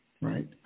Right